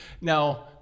Now